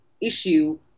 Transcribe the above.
issue